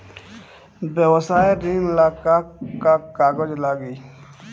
व्यवसाय ऋण ला का का कागज लागी?